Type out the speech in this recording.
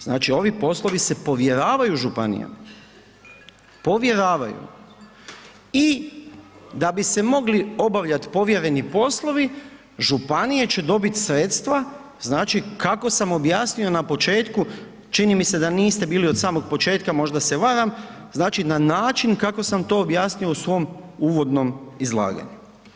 Znači ovi poslovi se povjeravaju županijama, povjeravaju i da bi se mogli obavljati povjereni poslovi, županije će dobit sredstva, znači kako sam objasnio na početku, čini mi se da niste bili od samog početka, možda se varam, znači na način kako sam to objasnio u svom uvodnom izlaganju.